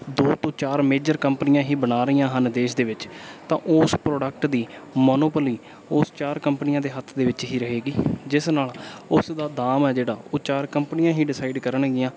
ਦੋ ਤੋ ਚਾਰ ਮੇਜਰ ਕੰਪਨੀਆਂ ਹੀ ਬਣਾ ਰਹੀਆਂ ਹਨ ਦੇਸ਼ ਦੇ ਵਿੱਚ ਤਾਂ ਉਸ ਪ੍ਰੋਡਕਟ ਦੀ ਮੋਨੋਪਲੀ ਉਸ ਚਾਰ ਕੰਪਨੀਆਂ ਦੇ ਹੱਥ ਦੇ ਵਿੱਚ ਹੀ ਰਹੇਗੀ ਜਿਸ ਨਾਲ ਉਸ ਦਾ ਦਾਮ ਹੈ ਜਿਹੜਾ ਉਹ ਚਾਰ ਕੰਪਨੀਆਂ ਹੀ ਡਿਸਾਈਡ ਕਰਨਗੀਆਂ